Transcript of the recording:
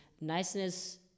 niceness